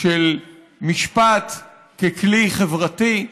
של משפט ככלי חברתי.